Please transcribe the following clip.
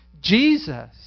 Jesus